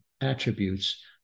attributes